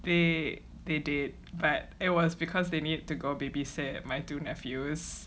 they they did but it was because they need to go babysit my two nephews